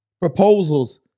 proposals